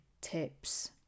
tips